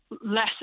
less